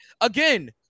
Again